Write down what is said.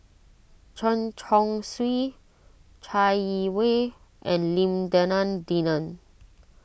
Chen Chong Swee Chai Yee Wei and Lim Denan Denon